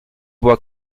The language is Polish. była